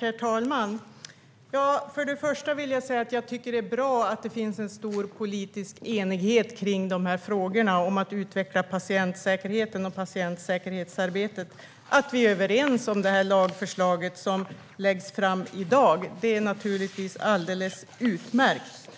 Herr talman! Först vill jag säga att jag tycker att det är bra att det finns stor politisk enighet i frågorna om att utveckla patientsäkerheten och patientsäkerhetsarbetet. Att vi är överens om lagförslaget som läggs fram i dag är naturligtvis alldeles utmärkt.